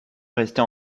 rester